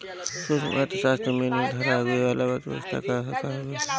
सूक्ष्म अर्थशास्त्र मेन धारा में आवे वाला अर्थव्यवस्था कअ शाखा हवे